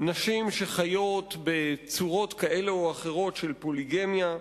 נשים שחיות בצורות כאלה או אחרות של פוליגמיה.